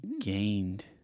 gained